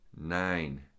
Nine